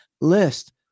List